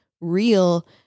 real